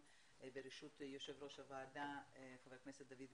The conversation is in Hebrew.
בראשות יושב ראש הוועדה חבר הכנסת דוד ביטן.